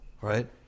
right